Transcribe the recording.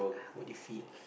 would you feel